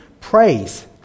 praise